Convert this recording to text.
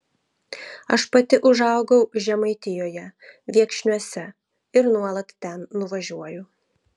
aš pati užaugau žemaitijoje viekšniuose ir nuolat ten nuvažiuoju